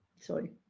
sorry